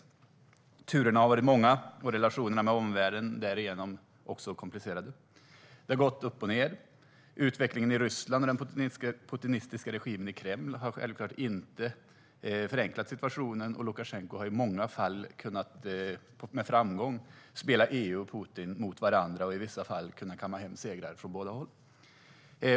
Turerna har varit många, och relationerna med omvärlden har därigenom också varit komplicerade. Det har gått upp och ned. Utvecklingen i Ryssland och den putinistiska regimen i Kreml har självklart inte förenklat situationen. Lukasjenko har i många fall med framgång spelat ut EU och Putin mot varandra och i vissa fall kunnat kamma hem segrar från båda håll.